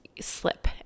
slip